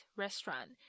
restaurant